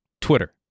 Twitter